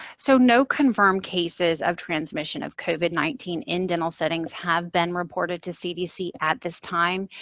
so, no confirmed cases of transmission of covid nineteen in dental settings have been reported to cdc at this time,